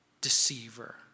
deceiver